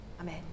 amen